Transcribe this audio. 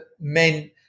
meant